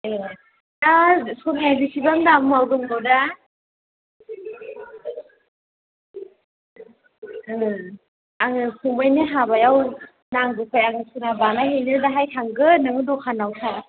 ए दा सनाया बेसेबां दामाव दङदा आङो फंबायनि हाबायाव नांगौखाय आं सना बानाय हैनो दाहाय थांगोन नोङो द'खानाव था